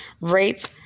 rape